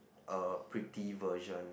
uh pretty version